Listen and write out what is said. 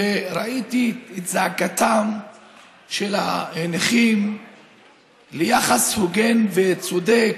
וראיתי את זעקתם של הנכים ליחס הוגן וצודק,